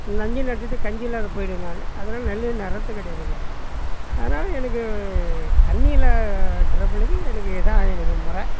நஞ்சு நட்டுட்டு கஞ்சி இல்லாத போகிடுவேன் நானும் அதனால் நெல் நடுறது கிடையாது நானும் அதனால் எனக்கு தண்ணி இல்லா ட்ரபிளுக்கு எனக்கு இதான் எனக்கு முற